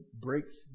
breaks